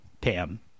Pam